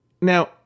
now